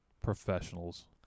professionals